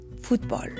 football